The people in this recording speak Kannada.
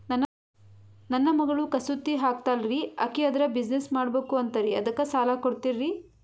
ನನ್ನ ಮಗಳು ಕಸೂತಿ ಹಾಕ್ತಾಲ್ರಿ, ಅಕಿ ಅದರ ಬಿಸಿನೆಸ್ ಮಾಡಬಕು ಅಂತರಿ ಅದಕ್ಕ ಸಾಲ ಕೊಡ್ತೀರ್ರಿ?